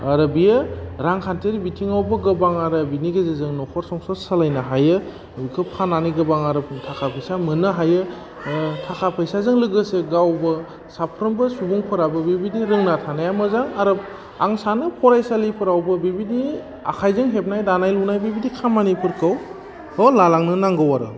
आरो बियो रांखान्थिनि बिथिङावबो गोबां आरो बिनि गेजेरजों नख'र संसार सालायनो हायो बेखौ फान्नानै गोबां आरो थाखा फैसा मोन्नो हायो थाखा फैसाजों लोगोसे गावबो साफ्रोमबो सुबुंफोरा बेबायदि रोंना थानाया मोजां आरो आं सानो फरायसालिफ्रावबो बेबादि आखाइजों हेबनाय दानाय लुनाय बेबादि खामानिफोरखौ लालांनो नांगौ आरो